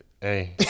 hey